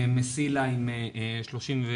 'מסילה' עם 38,